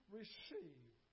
receive